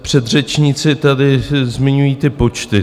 Předřečníci tady zmiňují ty počty.